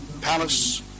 palace